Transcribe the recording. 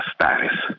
status